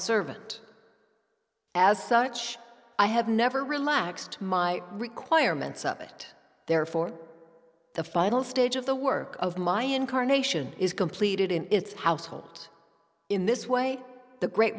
servant as such i have never relaxed my requirements of it therefore the final stage of the work of my incarnation is completed in its household in this way the great